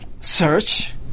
search